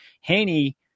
Haney